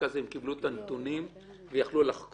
אז הם קיבלו את הנתונים ויכלו לחקור,